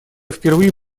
впервые